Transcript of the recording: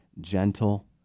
gentle